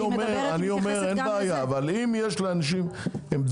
אני אומר שאין בעיה אבל אם יש לאנשים עמדות